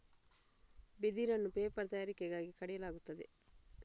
ಬಿದಿರನ್ನು ಪೇಪರ್ ತಯಾರಿಕೆಗಾಗಿ ಕಡಿಯಲಾಗುತ್ತದೆ